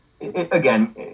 Again